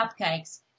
cupcakes